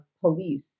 police